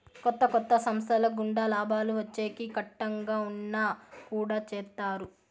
కొత్త కొత్త సంస్థల గుండా లాభాలు వచ్చేకి కట్టంగా ఉన్నా కుడా చేత్తారు